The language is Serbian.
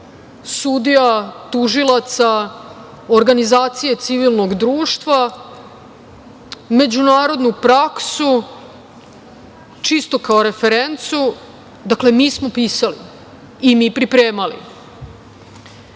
sudija, tužilaca, organizacija civilnog društva, međunarodnu praksu čisto kao referencu. Mi smo pisali i mi pripremali